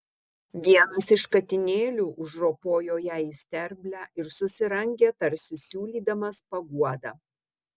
vienas iš katinėlių užropojo jai į sterblę ir susirangė tarsi siūlydamas paguodą